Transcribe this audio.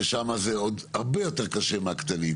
ששם זה עוד הרבה יותר קשה מהקטנים,